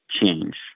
change